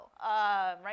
right